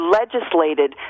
legislated